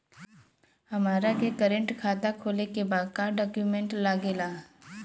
हमारा के करेंट खाता खोले के बा का डॉक्यूमेंट लागेला?